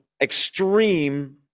extreme